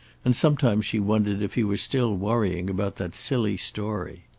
and sometimes she wondered if he were still worrying about that silly story.